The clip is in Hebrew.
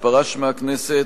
שפרש מהכנסת,